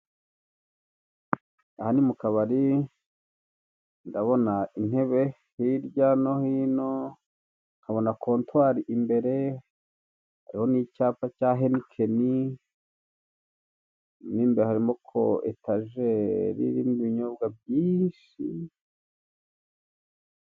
Aha ni mu kabari ndabona intebe hirya no hino nkabona kontwari imbere, nkabona icyapa cya henikeni, ndabona etajeri mo imbere harimo ibinyobwa byishi.